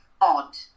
odd